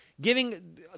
giving